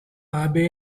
abe